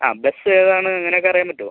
ആ ബസ് ഏതാണ് അങ്ങനൊക്കെ അറിയാൻ പറ്റുമൊ